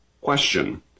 Question